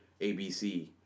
ABC